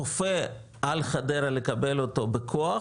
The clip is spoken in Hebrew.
כופה על חדרה לקבל אותו בכוח,